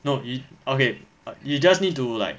no he okay you just need to like